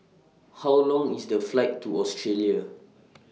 How Long IS The Flight to Australia